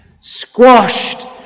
squashed